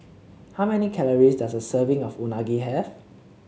how many calories does a serving of Unagi have